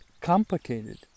complicated